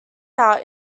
out